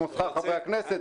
כמו שכר חברי הכנסת,